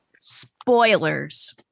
Spoilers